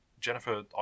Jennifer